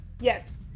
Yes